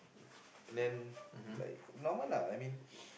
then like normal lah I mean